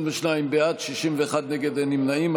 שאישרו לכם 8 מיליארד.